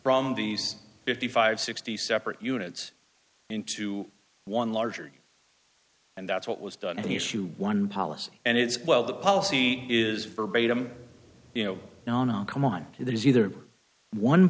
into these fifty five sixty separate units into one larger and that's what was done in the issue one policy and it's well the policy is verbatim you know come on there is either one